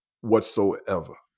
whatsoever